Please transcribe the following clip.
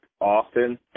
often